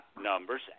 numbers